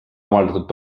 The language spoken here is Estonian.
avaldatud